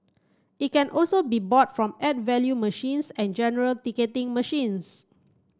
it can also be bought from add value machines and general ticketing machines